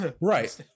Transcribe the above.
Right